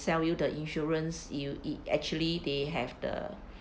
sell you the insurance you it actually they have the